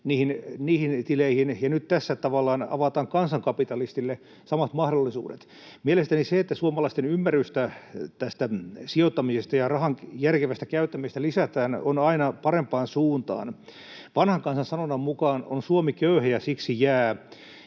niihin tileihin, ja nyt tässä tavallaan avataan kansankapitalistille samat mahdollisuudet. Mielestäni se, että suomalaisten ymmärrystä sijoittamisesta ja rahan järkevästä käyttämisestä lisätään, on aina askel parempaan suuntaan. Vanhan kansan sanonnan mukaan on Suomi köyhä ja siksi jää,